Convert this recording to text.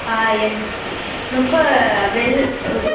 ஆ yes ரொம்ப well